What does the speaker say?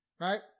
Right